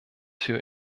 für